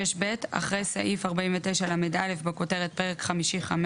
(6ב) אחרי סעיף 49לא, בכותרת "פרק חמישי 5"